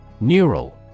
Neural